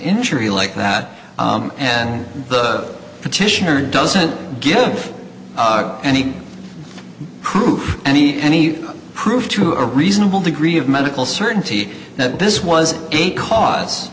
injury like that and the petitioner doesn't give any proof any any proof to a reasonable degree of medical certainty that this was a cause